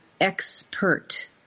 expert